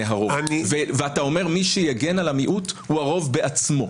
הרוב ואתה אומר: מי שיגן על המיעוט הוא הרוב בעצמו.